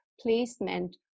placement